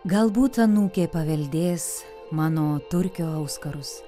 galbūt anūkė paveldės mano turkio auskarus